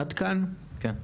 עכשיו,